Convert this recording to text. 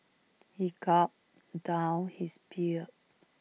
he gulped down his beer